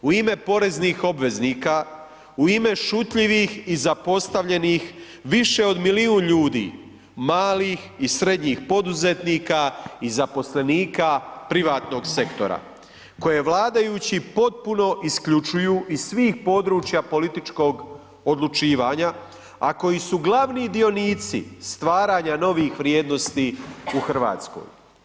U ime poreznih obveznika, u ime šutljivih i zapostavljenih više od milijun ljudi, malih i srednjih poduzetnika i zaposlenika privatnog sektora koje vladajući potpuno isključuju iz svih područja političkog odlučivanja, a koji su glavni dionici stvaranja novih vrijednosti u Hrvatskoj.